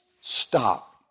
Stop